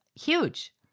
huge